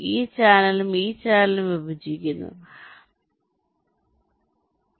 ഈ ചാനലും ഈ ചാനലും വിഭജിക്കുന്നു ഈ ചാനലും ഈ ചാനലും വിഭജിക്കുന്നു ഈ ചാനലും ഈ ചാനലും വിഭജിക്കുന്നു